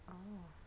orh